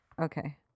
Okay